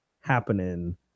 happening